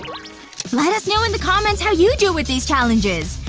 let us know in the comments how you do with these challenges!